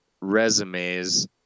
resumes